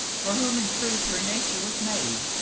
for whom in truth her nature was made,